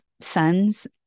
sons